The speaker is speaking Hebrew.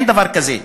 אין דבר כזה.